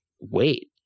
wait